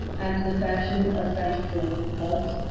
after the fashion of french political clubs,